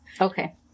Okay